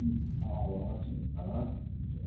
उम् हवस् हुन्छ हुन्छ